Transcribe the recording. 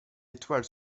étoile